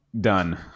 done